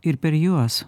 ir per juos